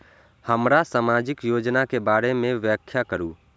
हमरा सामाजिक योजना के बारे में व्याख्या करु?